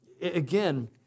Again